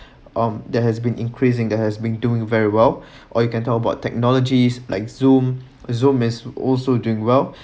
of they has been increasing they has been doing very well or you can talk about technologies like zoom zoom is also doing well